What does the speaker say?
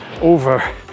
over